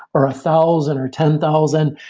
or a thousand, or ten thousand,